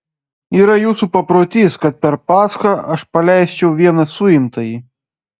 yra jūsų paprotys kad per paschą aš paleisčiau vieną suimtąjį